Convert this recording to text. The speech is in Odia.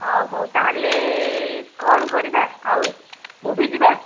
ହଁ ହଉ ତାହେଲେ କଣ କରିବା ଆଉ ମୁଭି ଯିବା